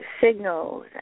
signals